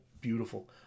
beautiful